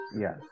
Yes